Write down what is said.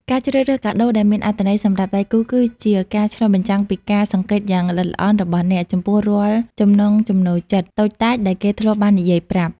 ការជ្រើសរើសកាដូដែលមានអត្ថន័យសម្រាប់ដៃគូ គឺជាការឆ្លុះបញ្ចាំងពីការសង្កេតយ៉ាងល្អិតល្អន់របស់អ្នក ចំពោះរាល់ចំណង់ចំណូលចិត្តតូចតាចដែលគេធ្លាប់បាននិយាយប្រាប់។